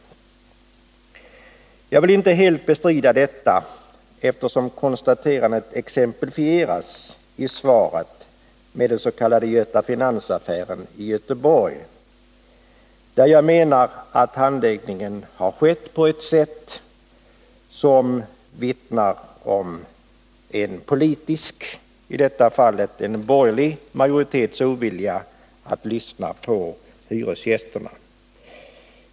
Jag vill inte helt bestrida detta, eftersom konstaterandet exemplifieras med den s.k. Göta Finans-affären i Göteborg, där jag menar att handläggningen har skett på ett sätt som vittnar om en politisk, i detta fallet en borgerlig, majoritets ovilja att lyssna på hyresgästerna.